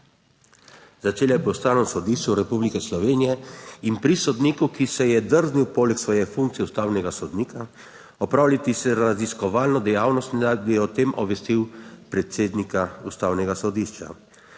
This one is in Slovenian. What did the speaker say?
Začela je pri Ustavnem sodišču Republike Slovenije in pri sodniku, ki si je drznil poleg svoje funkcije ustavnega sodnika opravljati še raziskovalno dejavnost, ne da bi o tem obvestil predsednika Ustavnega sodišča.